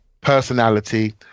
personality